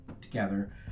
together